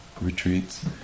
retreats